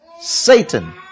Satan